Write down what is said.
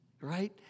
right